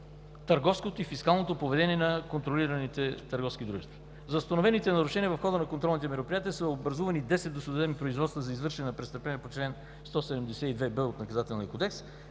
търговското и фискалното поведение на контролираните търговски дружества. За установените нарушения в хода на контролните мероприятия са образувани 10 досъдебни производства за извършване на престъпление по чл. 172б от Наказателния кодекс,